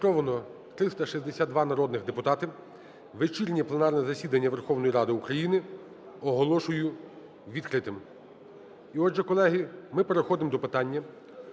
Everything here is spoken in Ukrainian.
Зареєстровано 362 народних депутатів. Вечірнє пленарне засідання Верховної Ради України оголошую відкритим. І отже, колеги, ми переходимо до питання